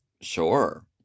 Sure